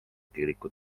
kiriku